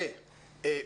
תראה,